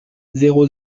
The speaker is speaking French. zéro